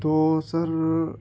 تو سر